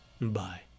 Bye